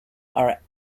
are